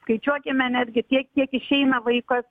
skaičiuokime netgi tiek kiek išeina vaikas